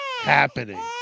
happening